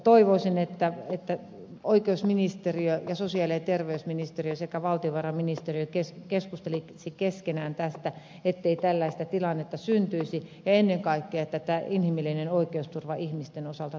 toivoisin että oikeusministeriö ja sosiaali ja terveysministeriö sekä valtiovarainministeriö keskustelisivat keskenään tästä ettei tällaista tilannetta syntyisi ja ennen kaikkea että inhimillinen oikeusturva ihmisten osalta toteutuisi